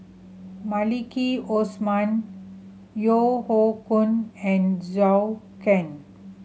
Maliki Osman Yeo Hoe Koon and Zhou Can